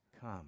come